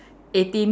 eighteen